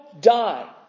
die